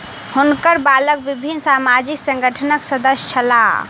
हुनकर बालक विभिन्न सामाजिक संगठनक सदस्य छला